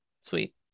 Sweet